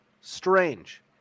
Strange